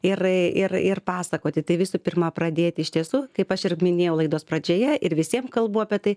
ir ir ir pasakoti tai visų pirma pradėti iš tiesų kaip aš ir minėjau laidos pradžioje ir visiem kalbu apie tai